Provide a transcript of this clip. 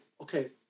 okay